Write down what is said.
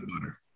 butter